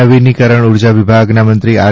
નવીનીકરણ ઉર્જા વિભાગના મંત્રી આર